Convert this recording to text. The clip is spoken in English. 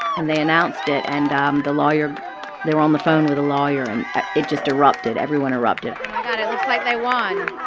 and they announced it, and um the lawyer they were on the phone with a lawyer, and it just erupted. everyone erupted oh, my god. it looks like they won